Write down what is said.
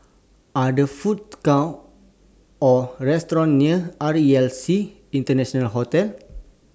Are There Food Courts Or restaurants near R E L C International Hotel